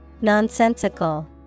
Nonsensical